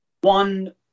One